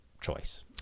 choice